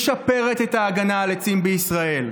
משפרת את ההגנה על עצים בישראל.